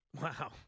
Wow